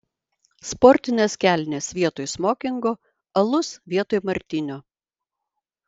sportinės kelnės vietoj smokingo alus vietoj martinio